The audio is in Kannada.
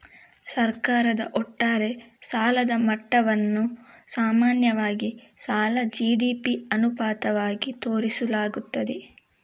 ಸರ್ಕಾರದ ಒಟ್ಟಾರೆ ಸಾಲದ ಮಟ್ಟವನ್ನು ಸಾಮಾನ್ಯವಾಗಿ ಸಾಲ ಜಿ.ಡಿ.ಪಿ ಅನುಪಾತವಾಗಿ ತೋರಿಸಲಾಗುತ್ತದೆ